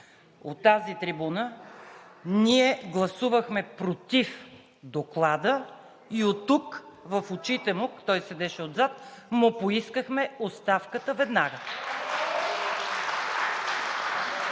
от тази трибуна, ние гласувахме „против“ доклада и от тук в очите му, той седеше отзад, му поискахме оставката веднага.